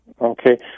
Okay